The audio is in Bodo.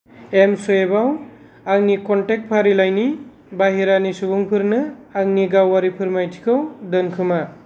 एमस्वुइफआव आंनि कनटेक्ट फारिलाइनि बाहेरानि सुबुंफोरनो आंनि गावारि फोरमायथिखौ दोनखोमा